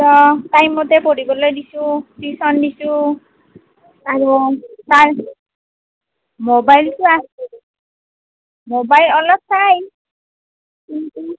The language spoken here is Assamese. অঁ টাইম মতে পঢ়িবলৈ দিছোঁ টিউচন দিছোঁ আৰু টাইম ম'বাইলটো আছে ম'বাইল অলপ চায়